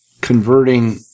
converting